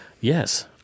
Yes